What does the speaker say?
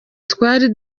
twari